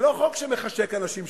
יש חוקי-יסוד